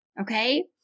Okay